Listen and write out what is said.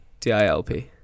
DILP